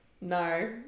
No